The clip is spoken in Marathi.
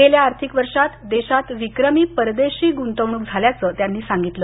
गेल्या आर्थिक वर्षात देशात विक्रमी परदेशी गुंतवणूक झाल्याचं त्यांनी सांगितलं